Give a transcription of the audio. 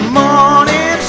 morning